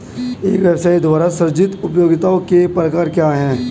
एक व्यवसाय द्वारा सृजित उपयोगिताओं के प्रकार क्या हैं?